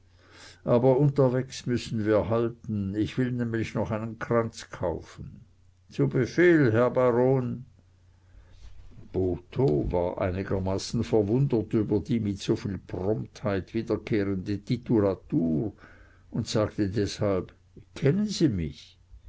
aber unterwegs müssen wir halten ich will nämlich noch einen kranz kaufen zu befehl herr baron botho war einigermaßen verwundert über die mit soviel promptheit wiederkehrende titulatur und sagte deshalb kennen sie mich